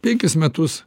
penkis metus